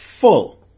full